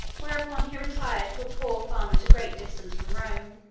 whereupon he retired to a poor farm at a great distance from rome,